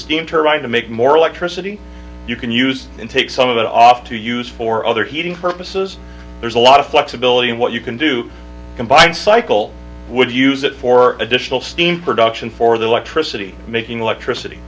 turbine to make more electricity you can use and take some of it off to use for other heating purposes there's a lot of flexibility in what you can do combined cycle would use it for additional steam production for the electricity making electricity